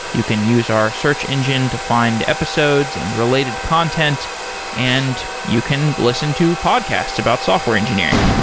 you can use our search engine to find episodes and related content and you can listen to podcasts about software engineering.